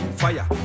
fire